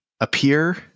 appear